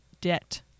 debt